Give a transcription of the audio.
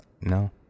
No